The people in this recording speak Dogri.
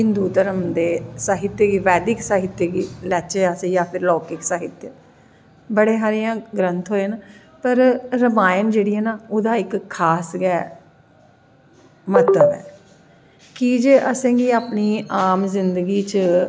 हिन्दू धर्म दे वैदिक साह्त्य गी लैचै अस जां फिर लोकिक साहित्य गी बड़े सारे ग्रंथ होए न पर रामायण जेह्ड़ी ऐ ना ओह्दा इक खास गै महत्व ऐ कि जे असेंगी अपनी आम जिन्दगी च